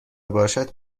باشد